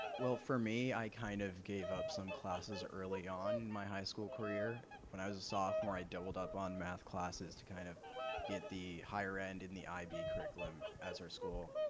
well for me i kind of gave up some classes early on my high school career when i was a sophomore i doubled up on math classes to kind of get the higher end in the ib curriculum as our school.